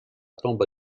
tomba